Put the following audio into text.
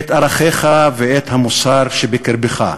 את ערכיך ואת המוסר שבקרבך.